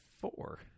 four